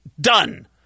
Done